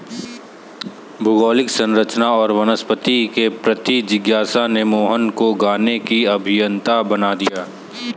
भौगोलिक संरचना और वनस्पति के प्रति जिज्ञासा ने मोहन को गाने की अभियंता बना दिया